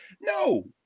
No